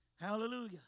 Hallelujah